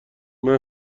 پذیر